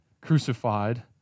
crucified